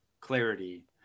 clarity